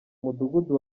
mudugudu